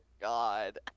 God